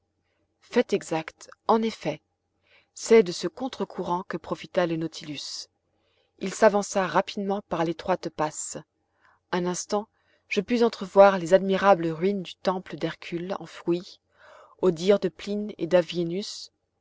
fait exact en effet c'est de ce contre courant que profita le nautilus il s'avança rapidement par l'étroite passe un instant je pus entrevoir les admirables ruines du temple d'hercule enfoui au dire de pline et